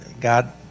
God